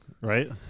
Right